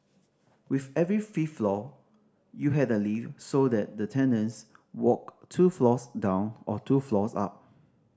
with every fifth floor you had a lift so that the tenants walked two floors down or two floors up